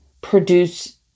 produce